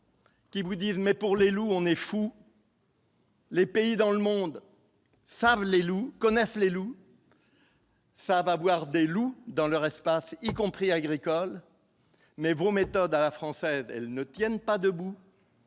Qui vous dit-il, mais pour les loups on est fou. Les pays dans le monde, femme Les Loups connaissent les loups. ça va avoir des loups dans leur espace, y compris agricoles mais vos méthodes à la française, elles ne tiennent pas debout.